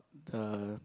the